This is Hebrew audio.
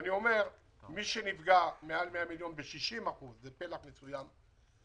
מי שנפגע מעל 100 מיליון ב-60% זה פלח מסוים,